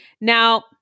Now